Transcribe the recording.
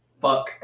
fuck